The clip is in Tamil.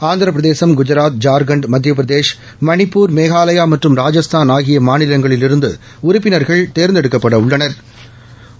ஆந்திரபிரதேசம் குஜராத் ஜார்க்கண்ட் மத்திய பிரதேஷ் மணிப்பூர் மேனலயா மற்றம் ராஜஸ்தான் ஆகிய மாநிலங்களிலிருந்து உறுப்பினா்கள் தேர்ந்தெடுக்கப்பட உள்ளனா்